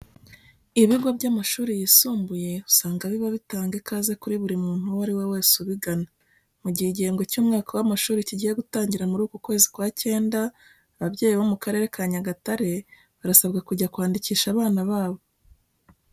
Ibigo by'amashuri yisumbuye usanga biba bitanga ikaze kuri buri muntu uwo ari we wese ubigana. Mu gihe igihembwe cy'umwaka w'amashuri kigiye gutangira muri uku kwezi kwa cyenda, ababyeyi bo mu karere ka Nyagatare barasabwa kujya kwandikisha abana babo.